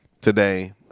today